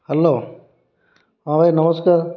hello ହଁ ଭାଇ ନମସ୍କାର